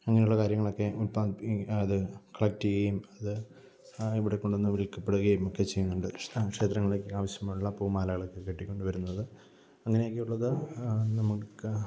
അങ്ങനെയുള്ള കാര്യങ്ങളൊക്കെ അത് കളക്റ്റ് ചെയ്യുകയും അത് ഇവിടെ കൊണ്ട് വന്നു വില്ക്കപ്പെടുകയും ഒക്കെ ചെയ്യുന്നുണ്ട് ക്ഷേത്രങ്ങളിലേക്ക് ആവശ്യമുള്ള പൂമാലകള് ഒക്കെ കെട്ടിക്കൊണ്ടു വരുന്നത് അങ്ങനെയൊക്കെ ഉള്ളത് നമുക്ക്